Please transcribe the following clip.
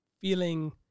feeling